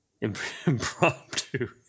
impromptu